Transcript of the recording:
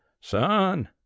Son